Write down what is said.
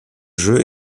jeu